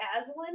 Aslan